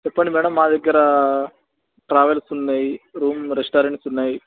చెప్పండి మేడమ్ మా దగ్గర ట్రావెల్స్ ఉన్నాయి రూమ్ రెస్టారెంట్స్ ఉన్నాయి